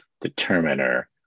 determiner